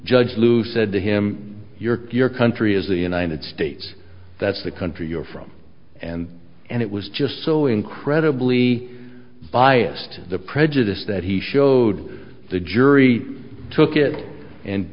judge lou said to him your country is the united states that's the country you're from and and it was just so incredibly biased the prejudice that he showed the jury took it